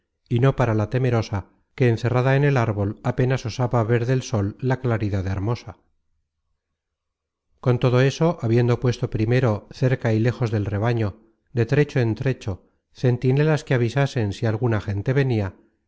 y no para la temerosa que encerrada en el árbol apenas osaba ver del sol la claridad hermosa con todo eso habiendo puesto primero cerca y lejos del rebaño de trecho en trecho centinelas que avisasen si alguna gente venia la